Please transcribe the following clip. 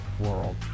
world